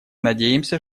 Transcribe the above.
надеемся